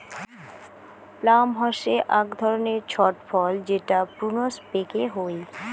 plum হসে আক ধরণের ছট ফল যেটা প্রুনস পেকে হই